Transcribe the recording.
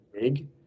big